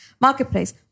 marketplace